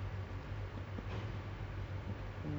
no noises lah you know if you prefer that